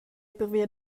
pervia